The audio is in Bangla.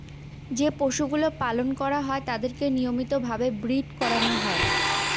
যে পশুগুলো পালন করা হয় তাদেরকে নিয়মিত ভাবে ব্রীড করানো হয়